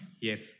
yes